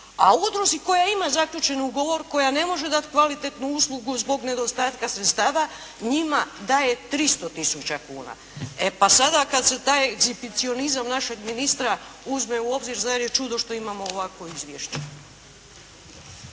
a udruzi koja ima zaključen ugovor, koja ne može dati kvalitetnu uslugu zbog nedostatka sredstava njima daje 300 tisuća kuna. E pa sada kad se taj egzibicionizam našeg ministra uzme u obzir, zar je čudo što imamo ovakvo izvješće?